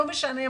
לא משנה מה,